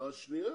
לא,